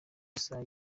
isaha